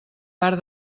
part